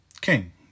king